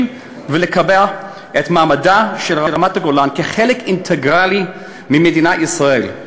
ולקבע את מעמדה של רמת-הגולן כחלק אינטגרלי של מדינת ישראל.